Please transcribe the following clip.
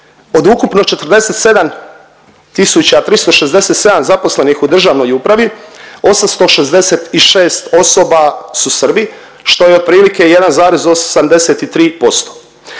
od ukupno 47.367 zaposlenih u državnoj upravi 866 osoba su Srbi što je otprilike 1,83%.